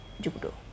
Judo